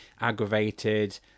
aggravated